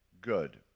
good